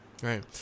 Right